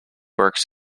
works